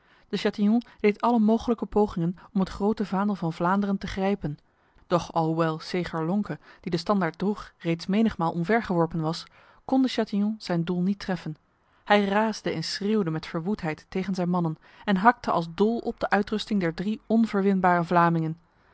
de chatillon deed alle mogelijke pogingen om het grote vaandel van vlaanderen te grijpen doch alhoewel segher lonke die de standaard droeg reeds menigmaal omvergeworpen was kon de chatillon zijn doel niet treffen hij raasde en schreeuwde met verwoedheid tegen zijn mannen en hakte als dol op de uitrusting der drie onverwinbare vlamingen